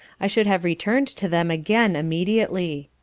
i should have returned to them again immediately.